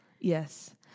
Yes